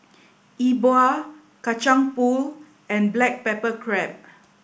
E Bua Kacang Pool and Black Pepper Crab